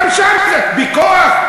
בכוח?